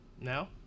Now